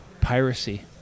piracy